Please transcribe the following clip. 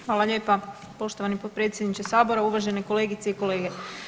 Hvala lijepa poštovani potpredsjedniče Sabora, uvažene kolegice i kolege.